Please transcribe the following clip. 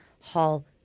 hall